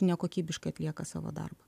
nekokybiškai atlieka savo darbą